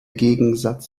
gegensatz